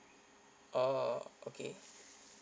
oh okay